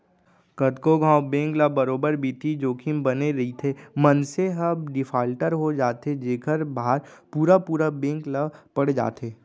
कतको घांव बेंक ल बरोबर बित्तीय जोखिम बने रइथे, मनसे ह डिफाल्टर हो जाथे जेखर भार पुरा पुरा बेंक ल पड़ जाथे